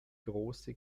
große